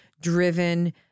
driven